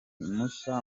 mushya